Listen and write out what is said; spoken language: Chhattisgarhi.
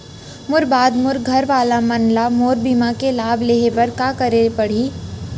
मोर बाद मोर घर वाला मन ला मोर बीमा के लाभ लेहे बर का करे पड़ही?